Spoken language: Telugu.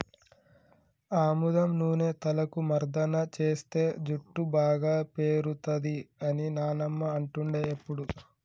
ఆముదం నూనె తలకు మర్దన చేస్తే జుట్టు బాగా పేరుతది అని నానమ్మ అంటుండే ఎప్పుడు